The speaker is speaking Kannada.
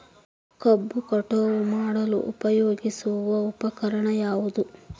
ಕಬ್ಬು ಕಟಾವು ಮಾಡಲು ಉಪಯೋಗಿಸುವ ಉಪಕರಣ ಯಾವುದು?